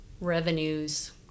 revenues